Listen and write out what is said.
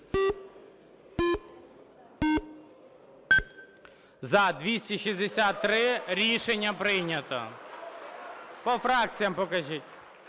За-263 Рішення прийнято. По фракціям покажіть.